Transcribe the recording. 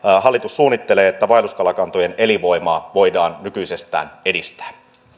hallitus suunnittelee että vaelluskalakantojen elinvoimaa voidaan nykyisestään edistää